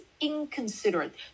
inconsiderate